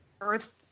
earth